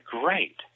great